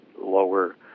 lower